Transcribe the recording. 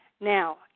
Now